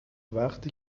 وفتی